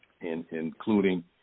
including